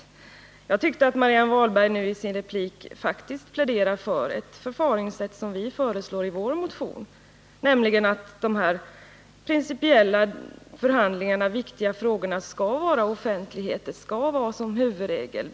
Jag tyckte faktiskt att Marianne Wahlberg i sin replik pläderade för det förfaringssätt som vi föreslår i vår motion, nämligen att huvudregeln skall vara att förhandlingar i principiellt viktiga frågor skall vara offentliga.